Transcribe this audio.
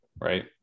Right